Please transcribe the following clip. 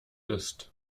ist